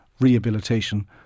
rehabilitation